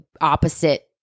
opposite